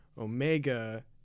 Omega